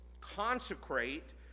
Consecrate